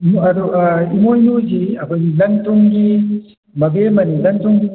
ꯏꯃꯣꯏꯅꯁꯤ ꯑꯩꯈꯧꯏ ꯂꯟ ꯊꯨꯝꯒꯤ ꯃꯕꯦꯝꯃꯅꯤ ꯂꯟ ꯊꯨꯝꯒꯤ